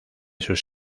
sus